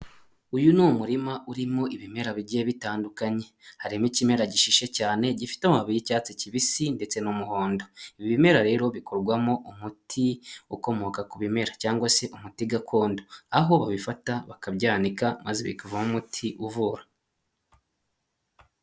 Uyu ni umurima urimo ibimera bigiye bitandukanye, harimo ikimera gishyushye cyane gifite amababi y'icyatsi kibisi ndetse n'umuhondo. Ibimera rero bikorwamo umuti ukomoka ku bimera cyangwa se umuti gakondo, aho babifata bakabyanika maze bikavamo umuti uvura.